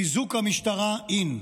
חיזוק המשטרה in.